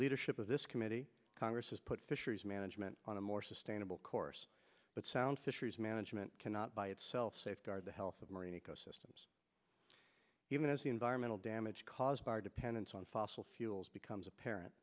leadership of this committee congress has put fisheries management on a more sustainable course but sound fisheries management cannot by itself safeguard the health of marine ecosystems even as the environmental damage caused by our dependence on fossil fuels becomes apparent